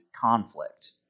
conflict